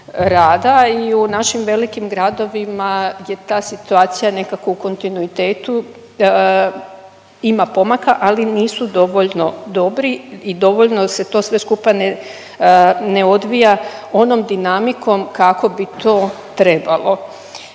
i u našim velikim gradovima je ta situacija nekako u kontinuitetu, ima pomaka, ali nisu dovoljno dobri i dovoljno se to sve skupa ne odvija onom dinamikom kako bi to trebalo.